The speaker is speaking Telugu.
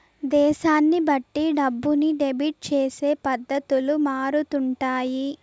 దేశాన్ని బట్టి డబ్బుని డెబిట్ చేసే పద్ధతులు మారుతుంటాయి